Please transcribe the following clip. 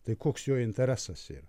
tai koks jo interesas yra